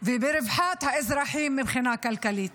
וברווחת האזרחים מבחינה כלכלית.